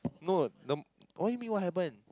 no the m~ what you mean what happened